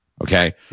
Okay